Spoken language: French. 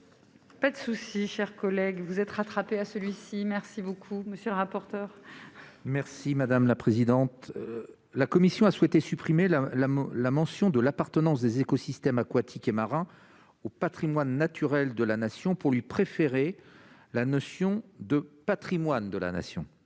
Pas de souci, chers collègues, vous êtes rattrapés à celui-ci, merci beaucoup monsieur le rapporteur. Merci madame la présidente, la commission a souhaité supprimer la la la mention de l'appartenance des écosystèmes aquatiques et marins au Patrimoine naturel de la nation pour lui préférer la notion de Patrimoine de la nation,